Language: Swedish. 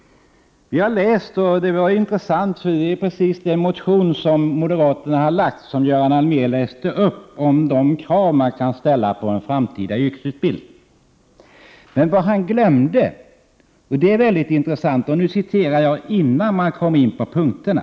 Vi har läst moderatmotionen, som Göran Allmér citerade ur, om de krav man bör ställa på en framtida yrkesutbildning. Göran Allmér underlät emellertid att citera en mycket intressant sak, nämligen vad som sägs innan man kommer in på de olika punkterna.